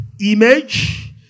image